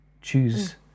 choose